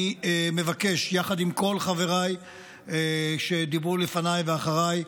אני מבקש, יחד עם כל חבריי שדיברו לפניי ואחריי,